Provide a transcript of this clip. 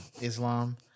islam